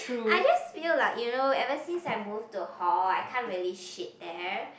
I just feel like you know ever since I move to hall I can't really shit there